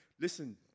listen